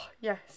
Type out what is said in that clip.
yes